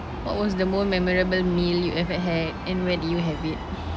what was the most memorable meal you ever had and where did you have it